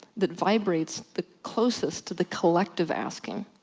that vibrates the closest to the collective asking,